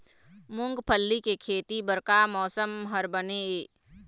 मूंगफली के खेती बर का मौसम हर बने ये?